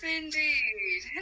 indeed